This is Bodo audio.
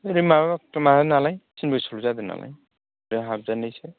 ओरै माबाल' माबा नालाय तिन बोसोरल' जादों नालाय दा हाबजेननायसो